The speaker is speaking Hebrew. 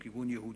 הוא כיוון יהודי,